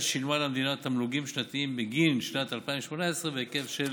שילמה למדינה תמלוגים שנתיים בגין שנת 2018 בהיקף של